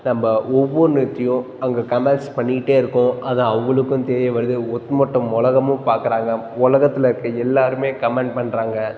நம்ம ஒவ்வொன்னுத்தையும் அங்கே கமெண்ட்ஸ் பண்ணிக்கிட்டே இருக்கோம் அது அவங்களுக்கும் தெரிய வருது ஒத்துமொட்டம் உலகமும் பார்க்கறாங்க உலகத்துல இருக்க எல்லாருமே கமெண்ட் பண்ணுறாங்க